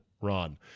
Ron